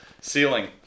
ceiling